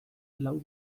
lau